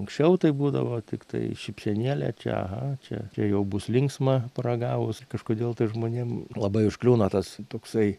anksčiau taip būdavo tiktai šypsenėlė čia aha čia čia jau bus linksma paragavus kažkodėl tas žmonėm labai užkliūna tas toksai